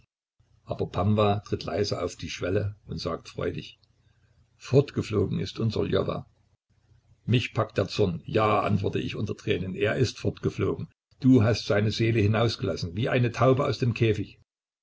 aber pamwa tritt leise auf die schwelle und sagt freudig fortgeflogen ist unser ljowa mich packt der zorn ja antworte ich unter tränen er ist fortgeflogen da hast seine seele hinausgelassen wie eine taube aus dem käfig